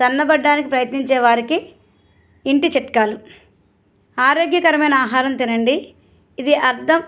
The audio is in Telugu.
సన్నబడటానికి ప్రయత్నించే వారికి ఇంటి చిట్కాలు ఆరోగ్యకరమైన ఆహారం తినండి ఇది అర్ధం